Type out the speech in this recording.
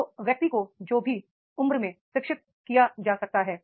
तो व्यक्ति को जो भी उम्र में शिक्षित किया जा सकता है